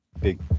big